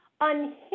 unhindered